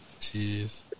jeez